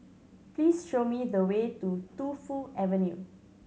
please show me the way to Tu Fu Avenue